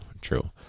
true